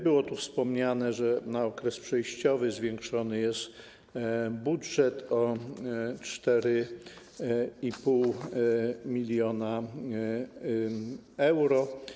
Było tu wspomniane, że na okres przejściowy zwiększony jest budżet o 4,5 mln euro.